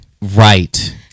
Right